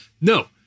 No